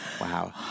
Wow